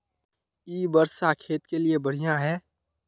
इ वर्षा खेत के लिए बढ़िया है?